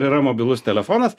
yra mobilus telefonas